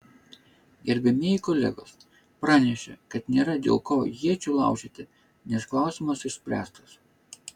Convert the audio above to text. gerbiamieji kolegos pranešė kad nėra dėl ko iečių laužyti nes klausimas išspręstas